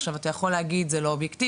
עכשיו אתה יכול להגיד זה לא אובייקטיבי,